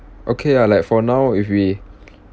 okay ah like for now if we